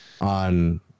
on